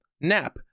Nap